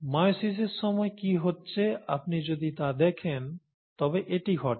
মায়োসিসের সময় কি হচ্ছে আপনি যদি তা দেখেন তবে এটি ঘটে